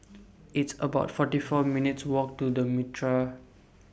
It's about forty four minutes' Walk to The Mitraa